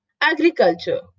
Agriculture